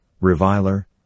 reviler